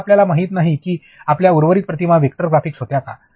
आता आपल्याला माहित नाही की आपल्या उर्वरित प्रतिमा वेक्टर ग्राफिक्स होत्या का